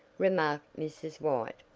remarked mrs. white.